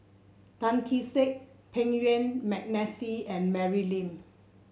Tan Kee Sek Yuen Peng McNeice and Mary Lim